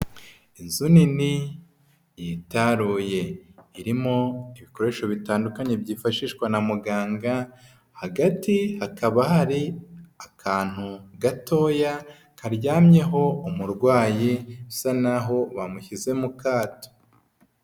Inzu nini yitaruye, irimo ibikoresho bitandukanye byifashishwa na muganga, hagati hakaba hari akantu gatoya karyamyeho umurwayi usa naho bamushyize mu kato.